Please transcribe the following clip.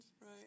right